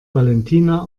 valentina